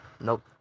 nope